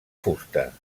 fusta